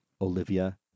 Olivia